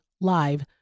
live